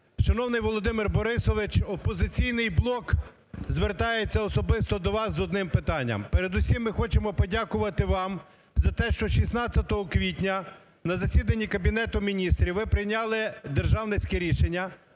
Шановний Володимире Борисовичу, "Опозиційний блок" звертається особисто до вас з одним питанням. Передусім ми хочемо подякувати вам за те, що 16 квітня на засіданні Кабінету Міністрів ви прийняли державницьке рішення